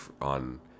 on